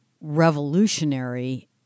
revolutionary